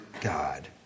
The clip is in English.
God